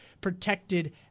protected